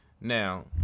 Now